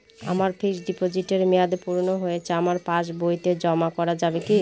আমার ফিক্সট ডিপোজিটের মেয়াদ পূর্ণ হয়েছে আমার পাস বইতে জমা করা যাবে কি?